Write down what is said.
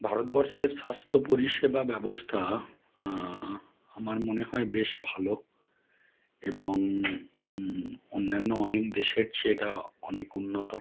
ভারতবর্ষের স্বাস্থ্য পরিষেবা ব্যবস্থা আমার মনে হয় বেশ ভালো এবং অন্যান্য অনেক দেশের চেয়ে এটা অনেক উন্নত